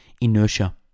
inertia